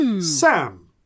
Sam